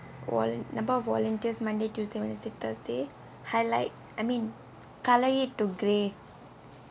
vol~ number of volunteers monday tuesday wednesday thursday highlight I mean colour it to grey